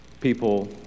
people